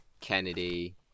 Kennedy